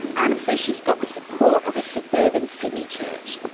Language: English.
ana says she's got the support of a suburban sydney church.